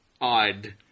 odd